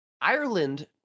Ireland